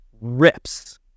rips